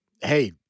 hey